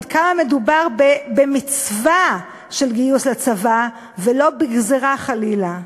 עד כמה מדובר במצווה של גיוס לצבא ולא בגזרה חלילה.